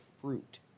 fruit